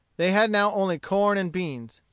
they had now only corn and beans.